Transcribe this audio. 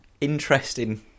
interesting